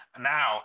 Now